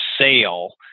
sale